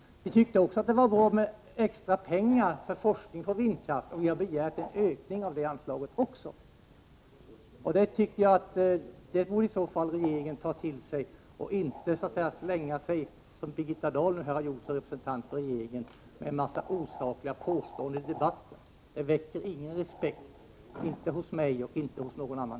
Vi tycker dessutom att det är bra med extra pengar till forskning om vindkraft, och vi har begärt en ökning också av det anslaget. Regeringen borde ta till sig våra förslag och inte, som Birgitta Dahl har gjort som representant för regeringen, slänga ur sig en massa osakliga påståenden i debatten. Det väcker ingen respekt, inte hos mig och troligen inte hos någon annan.